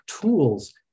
tools